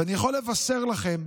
ואני יכול לבשר לכם,